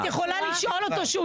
ובשביל הגחמות שלו,